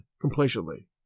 complacently